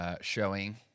Showing